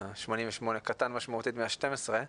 ה-88% קטן משמעותית מ-12%.